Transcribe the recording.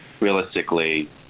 realistically